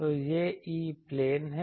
तो यह E plane है